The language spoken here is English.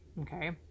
okay